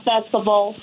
Festival